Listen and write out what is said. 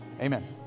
amen